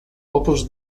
opus